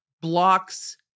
blocks